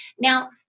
Now